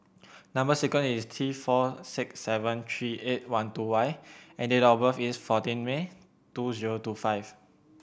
number sequence is T four six seven three eight one two Y and date of birth is fourteen May two zero two five